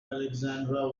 alexandra